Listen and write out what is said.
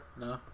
no